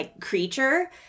creature